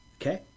okay